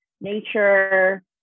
nature